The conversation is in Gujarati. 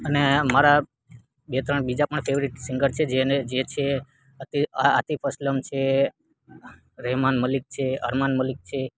અને મારા બે ત્રણ બીજા પણ ફેવરેટ સિંગર છે જે એને જે છે એ અતિફ અસલમ છે રહેમાન મલિક છે અરમાન મલિક છે